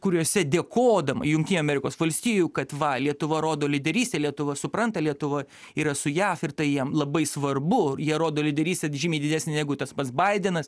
kuriuose dėkodama jungtinių amerikos valstijų kad va lietuva rodo lyderystę lietuva supranta lietuva yra su jav ir tai jiem labai svarbu jie rodo lyderystę žymiai didesnį negu tas pats baidenas